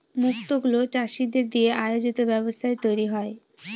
মুক্ত গুলো চাষীদের দিয়ে আয়োজিত ব্যবস্থায় তৈরী হয়